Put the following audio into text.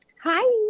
Hi